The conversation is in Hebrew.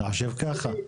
אתה חושב ככה?